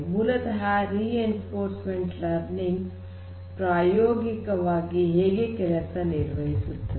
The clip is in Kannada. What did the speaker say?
ಮೂಲತಃ ರಿಇನ್ಫೋರ್ಸ್ಮೆಂಟ್ ಲರ್ನಿಂಗ್ ಪ್ರಾಯೋಗಿಕವಾಗಿ ಹೀಗೆಯೇ ಕೆಲಸ ನಿರ್ವಹಿಸುತ್ತದೆ